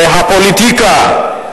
הפוליטיקה,